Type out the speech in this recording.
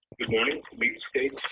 good morning, leith states.